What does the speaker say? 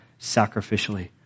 sacrificially